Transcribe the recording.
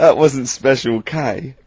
ah wasn't special k.